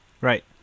Right